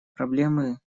проблемы